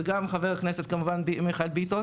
וכמובן גם חבר הכנסת מיכאל ביטון